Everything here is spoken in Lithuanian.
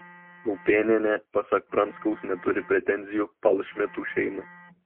raupėnienė pasak pranskaus neturi pretenzijų palšmitų šeimai